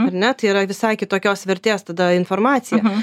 ar ne tai yra visai kitokios vertės tada informacija